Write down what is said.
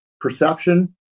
perception